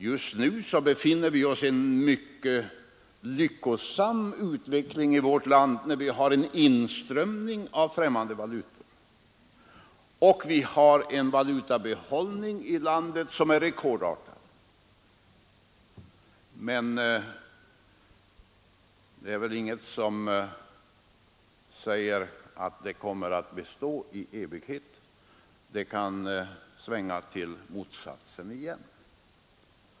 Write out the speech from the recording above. Just nu befinner vi oss i en mycket lyckosam utveckling i vårt land med en inströmning av främmande valutor. Vi har en valutabehållning i landet som är rekordartad. Men ingenting säger väl att detta tillstånd kommer att bestå i evighet. Det kan svänga till motsatsen igen.